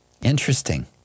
Interesting